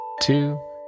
two